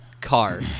car